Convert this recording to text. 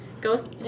Ghost